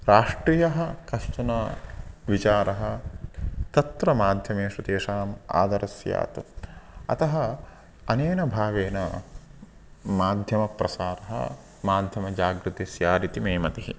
राष्ट्रियः कश्चन विचारः तत्र माध्यमेषु तेषाम् आदरः स्यात् अतः अनेन भावेन माध्यमप्रसारः माध्यमजागृतिः स्यादिति मे मतिः